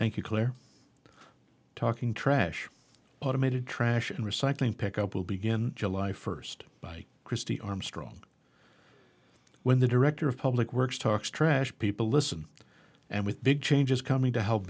you clare talking trash automated trash and recycling pick up will begin july first by christy armstrong when the director of public works talks trash people listen and with big changes coming to help